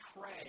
pray